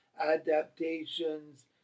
adaptations